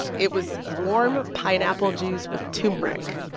it was warm pineapple juice with turmeric